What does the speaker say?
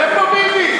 איפה ביבי?